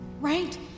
right